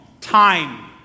time